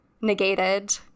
negated